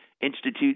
institute